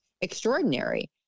extraordinary